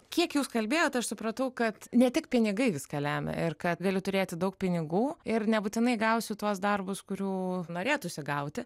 kiek jūs kalbėjot aš supratau kad ne tik pinigai viską lemia ir kad galiu turėti daug pinigų ir nebūtinai gausiu tuos darbus kurių norėtųsi gauti